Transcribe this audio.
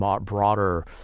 broader